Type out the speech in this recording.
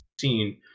seen